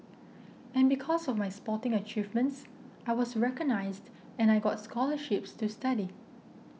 and because of my sporting achievements I was recognised and I got scholarships to study